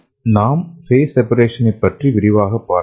நாம் phase separation ஐப் பற்றி விரிவாகப் பார்ப்போம்